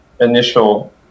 initial